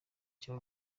cya